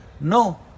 No